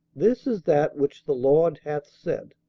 this is that which the lord hath said,